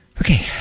Okay